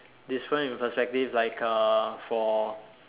difference in perspective like uh for